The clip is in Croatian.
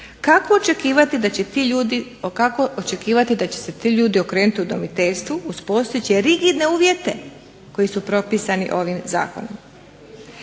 Kako očekivati da će se ti ljudi okrenuti udomiteljstvu uz postojeće rigidne uvjete koji su propisani ovim zakonom?